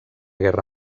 guerra